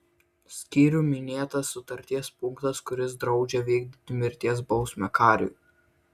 skyrium minėtinas sutarties punktas kuris draudžia vykdyti mirties bausmę kariui